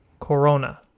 Corona